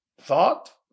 Thought